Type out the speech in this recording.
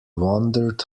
wondered